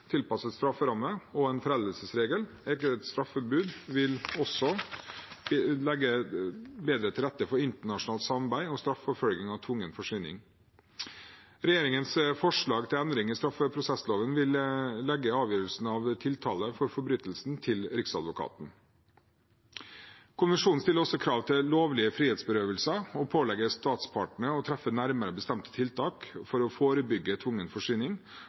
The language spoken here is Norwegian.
tilpasset strafferamme og en foreldelsesregel. Eget straffebud vil også legge bedre til rette for internasjonalt samarbeid og straffeforfølging av tvungen forsvinning. Regjeringens forslag til endringer i straffeprosessloven vil legge avgjørelsen av tiltale for forbrytelsen til Riksadvokaten. Konvensjonen stiller også krav til lovlige frihetsberøvelser og pålegger statspartene å treffe nærmere bestemte tiltak for å forebygge tvungen